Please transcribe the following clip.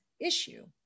issue